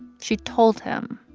she told him.